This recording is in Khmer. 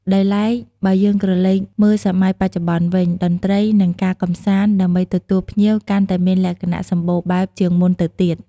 ដោយឡែក បើយើងក្រឡេកមើលសម័យបច្ចុប្បន្នវិញ តន្ត្រី និងការកំសាន្ត ដើម្បីទទួលភ្ញៀវកាន់តែមានលក្ខណៈសម្បូរបែបជាងមុនទៅទៀត។